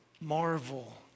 marvel